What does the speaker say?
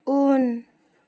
उन